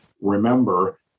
remember